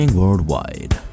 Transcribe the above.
worldwide